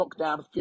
Lockdown